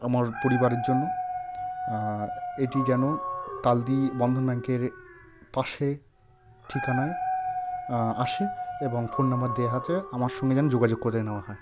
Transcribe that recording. আমার পরিবারের জন্য এটি যেন তালদি বন্ধন ব্যাঙ্কের পাশের ঠিকানায় আসে এবং ফোন নাম্বার দেওয়া আছে আমার সঙ্গে যেন যোগাযোগ করে নাওয়া হয়